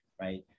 right